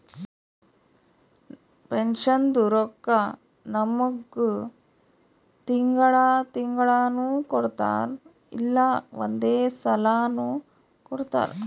ಪೆನ್ಷನ್ದು ರೊಕ್ಕಾ ನಮ್ಮುಗ್ ತಿಂಗಳಾ ತಿಂಗಳನೂ ಕೊಡ್ತಾರ್ ಇಲ್ಲಾ ಒಂದೇ ಸಲಾನೂ ಕೊಡ್ತಾರ್